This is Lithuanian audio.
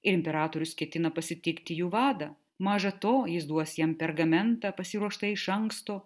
ir imperatorius ketina pasitikti jų vadą maža to jis duos jam pergamentą pasiruoštą iš anksto